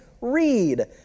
read